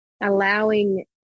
allowing